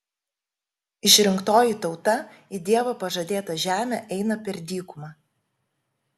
išrinktoji tauta į dievo pažadėtą žemę eina per dykumą